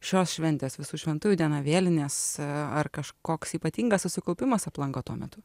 šios šventės visų šventųjų diena vėlinės ar kažkoks ypatingas susikaupimas aplanko tuo metu